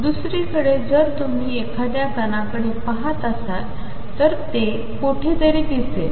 दुसरीकडे जर तुम्ही एखाद्या कणाकडे पहात असाल तर ते कुठेतरी दिसेल